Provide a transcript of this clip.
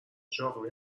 چاقوی